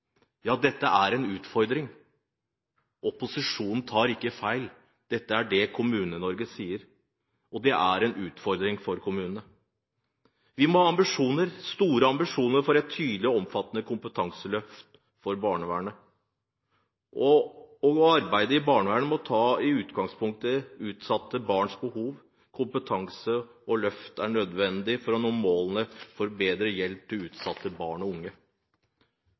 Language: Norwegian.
Ja, det er utfordringer. Opposisjonen tar ikke feil. Dette er det Kommune-Norge sier, og det er en utfordring for kommunene. Vi må ha ambisjoner – store ambisjoner – for et tydelig og omfattende kompetanseløft for barnevernet. Arbeid i barnevernet må ta utgangspunkt i utsatte barns behov. Et kompetanseløft er nødvendig for å nå målet om bedre hjelp til utsatte barn og unge.